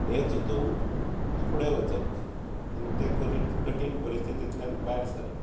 हें चितून फुडें वचप आनी त्या कठीन परीस्थीतींतल्यान भायर सरप